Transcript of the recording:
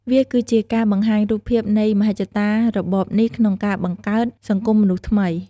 វាគឺជាការបង្ហាញរូបភាពនៃមហិច្ឆតារបបនេះក្នុងការបង្កើត "សង្គមមនុស្សថ្មី" ។